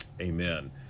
amen